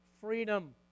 freedom